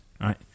right